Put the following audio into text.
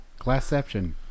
Glassception